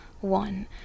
one